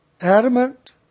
Adamant